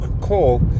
call